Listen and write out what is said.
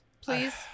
please